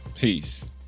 Peace